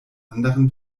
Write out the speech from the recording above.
anderen